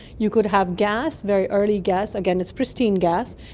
you could have gas, very early gas, again it's pristine gas,